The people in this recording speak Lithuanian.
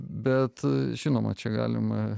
bet žinoma čia galima